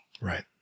right